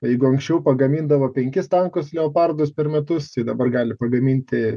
jeigu anksčiau pagamindavo penkis tankus leopardus per metus tai dabar gali pagaminti